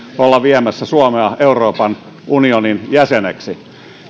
olla viemässä suomea euroopan unionin jäseneksi